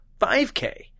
5K